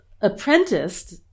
apprenticed